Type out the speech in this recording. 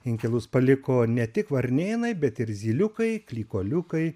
inkilus paliko ne tik varnėnai bet ir zyliukai klykuoliukai